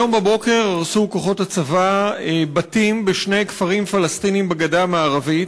היום בבוקר הרסו כוחות הצבא בתים בשני כפרים פלסטיניים בגדה המערבית.